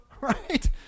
Right